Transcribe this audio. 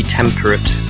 temperate